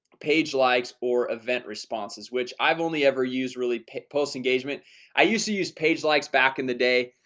page likes or event responses, which i've only ever used really pic post engagement i used to use page likes back in the day.